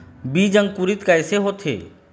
बीज अंकुरित कैसे होथे?